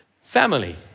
Family